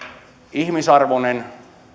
ihmisarvoisen